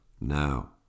Now